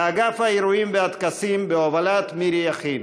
לאגף האירועים והטקסים בהובלת מירי יכין.